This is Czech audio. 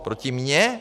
Proti mně?